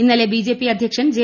ഇന്നലെ ബിജെപി അധ്യക്ഷൻ ജെ